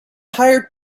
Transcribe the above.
hire